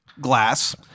glass